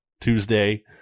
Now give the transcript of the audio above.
Tuesday